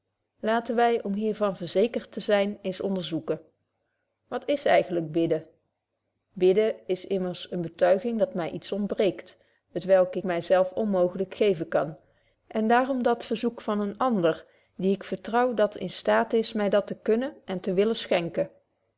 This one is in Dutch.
laten wy om hier van verzekerd te zyn eens onderzoeken wat is eigentlyk bidden bidden is immers eene betuiging dat my iets ontbreekt t welk ik my zelf onmooglyk geven kan en daarom dat verzoeke van eenen anderen die ik vertrouw dat in staat is my dat te kunnen en te willen schenken